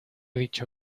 dicho